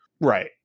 Right